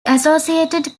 associated